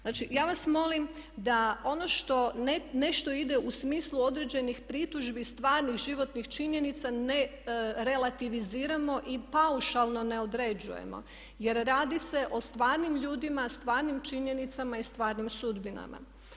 Znači ja vas molim da ono što, ne što ide u smislu određenih pritužbi stvarnih životnih činjenica ne relativiziramo i paušalno ne određujemo jer radi se o stvarnim ljudima, stvarnim činjenicama i stvarnim sudbinama.